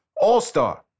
All-star